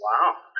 Wow